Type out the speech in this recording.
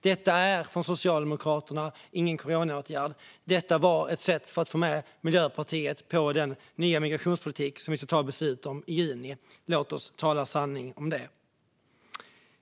Detta är från Socialdemokraterna ingen coronaåtgärd. Det är ett sätt att få med Miljöpartiet på den nya migrationspolitik som vi ska ta beslut om i juni. Låt oss tala sanning om det!